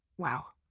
wow.